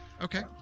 Okay